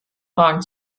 fragen